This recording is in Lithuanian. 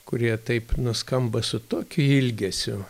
kurie taip nuskamba su tokiu ilgesiu